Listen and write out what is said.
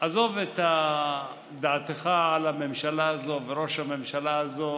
עזוב את דעתך על ממשלה הזאת וראש הממשלה הזה,